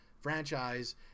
Franchise